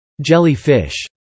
Jellyfish